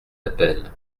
appel